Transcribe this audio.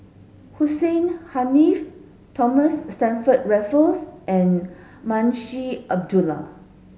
Hussein Haniff Thomas Stamford Raffles and Munshi Abdullah